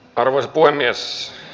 arvoisa puhemies